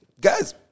guys